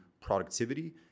productivity